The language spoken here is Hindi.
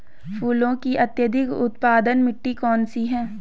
फूलों की अत्यधिक उत्पादन मिट्टी कौन सी है?